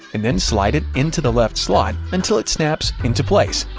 and then slide it into the left slot until it snaps into place.